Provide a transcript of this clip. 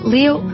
Leo